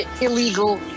illegal